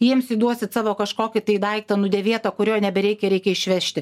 jiems įduosit savo kažkokį tai daiktą nudėvėtą kurio nebereikia reikia išvežti